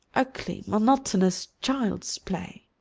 ugly monotonous child's play.